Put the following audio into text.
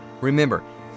Remember